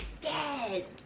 dead